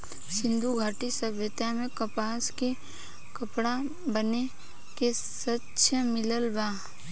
सिंधु घाटी सभ्यता में कपास के कपड़ा बीने के साक्ष्य मिलल बा